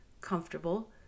comfortable